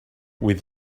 with